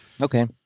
Okay